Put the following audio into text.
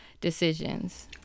decisions